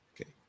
Okay